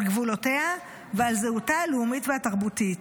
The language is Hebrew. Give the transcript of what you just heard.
על גבולותיה ועל זהותה הלאומית והתרבותית.